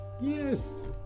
Yes